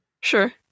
Sure